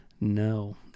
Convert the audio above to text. No